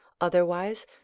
Otherwise